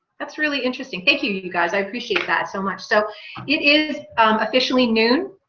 that's really interesting. thank you. you guys i appreciate that so much. so it is officially noon